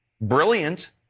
brilliant